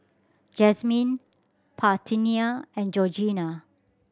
Jazmine Parthenia and Georgina